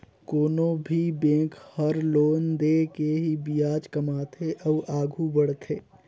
कोनो भी बेंक हर लोन दे के ही बियाज कमाथे अउ आघु बड़थे